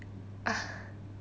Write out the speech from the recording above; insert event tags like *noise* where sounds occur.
*noise*